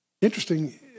Interesting